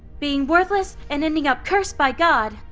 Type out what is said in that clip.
being worthless and ending up cursed by god!